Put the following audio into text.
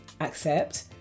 accept